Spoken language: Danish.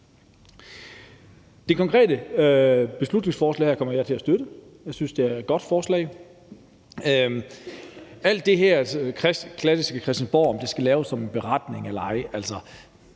De konkrete beslutningsforslag kommer jeg til at støtte. Jeg synes, det er gode forslag. I forhold til alt det her klassiske Christiansborg, altså om der skal laves en beretning eller ej,